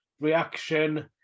reaction